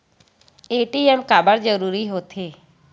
ATM काबर जरूरी हो थे?